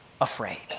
afraid